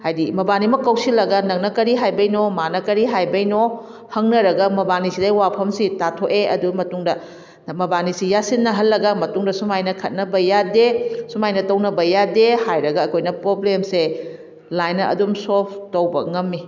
ꯍꯥꯏꯗꯤ ꯃꯕꯥꯅꯤꯃꯛ ꯀꯧꯁꯜꯂꯒ ꯅꯪꯅ ꯀꯔꯤ ꯍꯥꯏꯕꯩꯅꯣ ꯃꯥꯅ ꯀꯔꯤ ꯍꯥꯏꯕꯩꯅꯣ ꯍꯪꯅꯔꯒ ꯃꯕꯥꯅꯤꯁꯤꯗꯩ ꯋꯥꯐꯝꯁꯤ ꯇꯥꯊꯣꯛꯑꯦ ꯑꯗꯨ ꯃꯇꯨꯡꯗ ꯃꯕꯥꯅꯤꯁꯤ ꯌꯥꯁꯤꯟꯅꯍꯜꯂꯒ ꯃꯇꯨꯡꯗ ꯁꯨꯃꯥꯏꯅ ꯈꯠꯅꯕ ꯌꯥꯗꯦ ꯁꯨꯃꯥꯏꯅ ꯇꯧꯅꯕ ꯌꯥꯗꯦ ꯍꯥꯏꯔꯒ ꯑꯩꯈꯣꯏꯅ ꯄ꯭ꯔꯣꯕ꯭ꯂꯦꯝꯁꯦ ꯂꯥꯏꯅ ꯑꯗꯨꯝ ꯁꯣꯜꯕ ꯇꯧꯕ ꯉꯝꯃꯤ